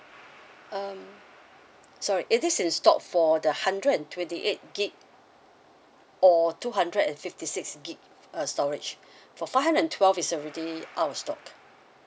um sorry it is in stock for the hundred and twenty eight gig or two hundred and fifty six gig uh storage for five hundred and twelve is already out of stock